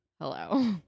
hello